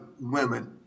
women